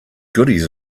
goodies